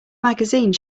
magazine